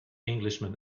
englishman